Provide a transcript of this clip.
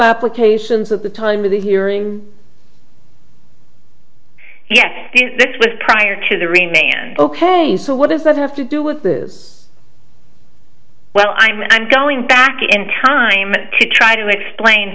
applications of the time of the hearing yet prior to the rename ok so what does that have to do with this is well i'm and going back in time to try to explain